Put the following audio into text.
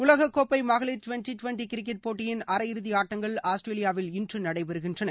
உலகக்கோப்பை மகளிர் twenty twenty cricket போட்டியின் அரை இறுதி ஆட்டங்கள் ஆஸ்திரேலியாவில் இன்று நடைபெறுகின்றன